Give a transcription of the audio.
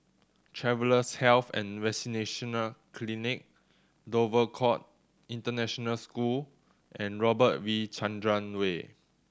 Travellers' Health and Vaccination Clinic Dover Court International School and Robert V Chandran Way